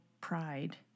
pride